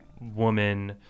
woman